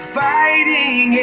fighting